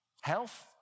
Health